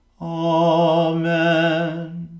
Amen